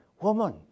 woman